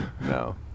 No